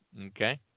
Okay